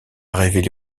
révélé